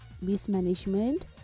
mismanagement